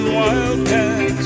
wildcats